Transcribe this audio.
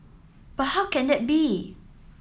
but how can that be